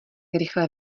rychle